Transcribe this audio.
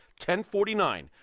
1049